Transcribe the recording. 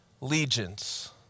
legions